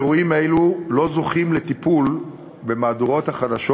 אירועים אלה לא זוכים לטיפול במהדורות החדשות